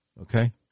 Okay